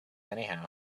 anyhow